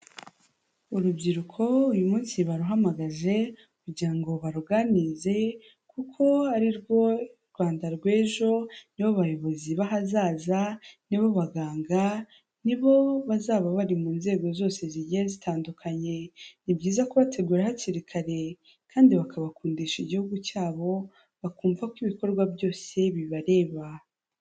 Urubyiruko uyu munsi baruhamagaje kugira ngo baruganirize, kuko ari rwo Rwanda rw'ejo, nibo bayobozi b'ahazaza, nibo baganga, nibo bazaba bari mu nzego zose zigiye zitandukanye. Ni byiza kubategura hakiri kare, kandi bakabakundisha igihugu cyabo, bakumva ko ibikorwa byose bibareba.